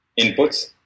inputs